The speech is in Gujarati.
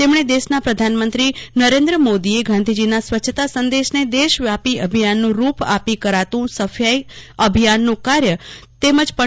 તેમણે દેશના પ્રધાન મંત્રીશ્રી નરેન્દ્રભાઈ મોદીએ ગાંધીજીના સ્વચ્છતા સંદેશને દેશ વ્યાપી અભિયાનનું રૂપ આપી કરાતું સફાઇ અભિયાનનું કાર્યની તેમજ પં